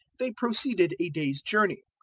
they proceeded a day's journey.